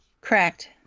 Correct